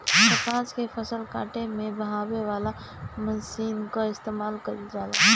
कपास के फसल काटे में बहावे वाला मशीन कअ इस्तेमाल कइल जाला